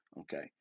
okay